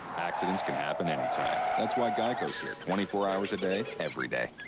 accidents can happen anytime. that's why geico's here twenty four hours a day, every day.